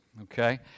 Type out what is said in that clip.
okay